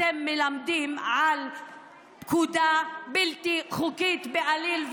אתם מלמדים על פקודה בלתי חוקית בעליל,